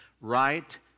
right